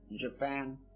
Japan